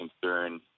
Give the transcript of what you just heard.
concern